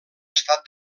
estat